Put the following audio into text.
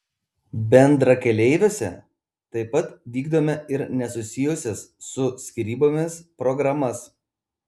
bendrakeleiviuose taip pat vykdome ir nesusijusias su skyrybomis programas